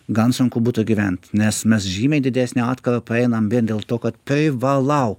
gan sunku būtų gyvent nes mes žymiai didesnę atkarpą einam vien dėl to kad privalau